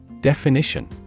Definition